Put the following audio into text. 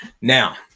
Now